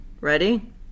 Ready